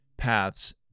paths